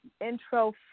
intro